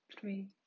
three